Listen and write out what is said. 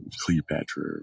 Cleopatra